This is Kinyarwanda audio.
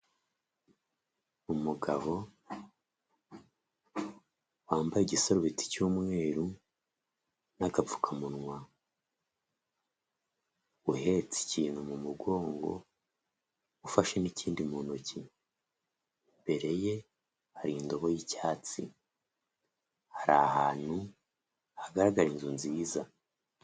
Umugabo wambaye igisarubeti cy'umweru n'agapfukamunwa uhetse ikintu mu mugongo ufashe n'ikindi mu ntoki imbere ye hari indobo y'icyatsi. Ari ahantu hagaragara inzu nziza.